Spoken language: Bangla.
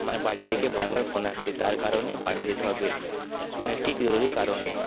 আমার বাড়ি থেকে বারবার ফোন আসছে তার কারণে বাড়ি যেতে হবে কোনও একটি জরুরি কারণে